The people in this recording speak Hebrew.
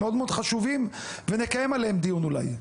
שמאוד חשובים ואולי נקיים עליהם דיון.